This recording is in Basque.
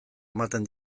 ematen